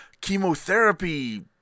chemotherapy